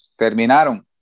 Terminaron